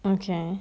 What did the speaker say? okay